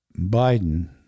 Biden